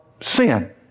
sin